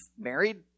married